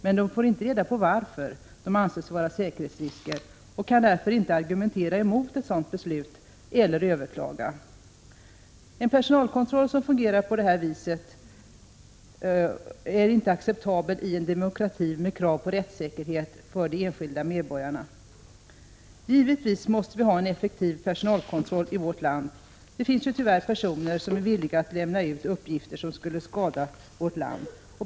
Men de får inte reda på varför de anses vara säkerhetsrisker och kan därför inte argumentera emot ett sådant beslut eller överklaga. En personalkontroll som fungerar på ett sådant sätt är inte acceptabel i en demokrati med krav på rättssäkerhet för de enskilda medborgarna. Givetvis måste vi ha en effektiv personalkontroll i vårt land. Det finns ju tyvärr personer som är villiga att lämna ut uppgifter som skulle kunna skada vårt land.